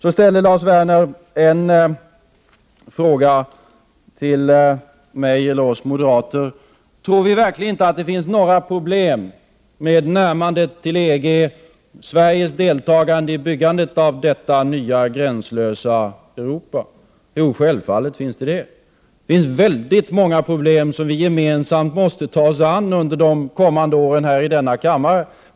Så ställde Lars Werner den här frågan till mig eller oss moderater: Tror ni verkligen inte att det finns några problem med närmandet till EG och med Sveriges deltagande i uppbyggandet av detta nya gränslösa Europa? Jo, självfallet. Det finns väldigt många problem, som vi gemensamt måste ta oss an under de kommande åren här i denna kammare.